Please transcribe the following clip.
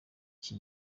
iki